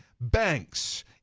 Banks